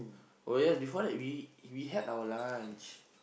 oh ya before that we we had our lunch